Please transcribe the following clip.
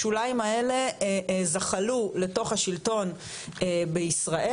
השוליים האלה זחלו לתוך השלטון בישראל,